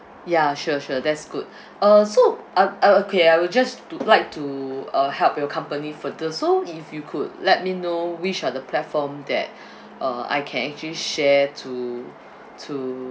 ya sure sure that's good uh so uh uh okay I would just to like to uh help your company further so if you could let me know which are the platform that uh I can actually share to to